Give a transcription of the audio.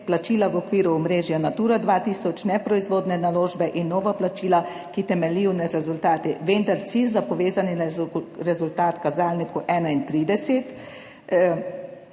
plačila v okviru omrežja Natura 2000, neproizvodne naložbe in nova plačila, ki temeljijo na rezultatih. Vendar cilj za povezani rezultat kazalnikov 31,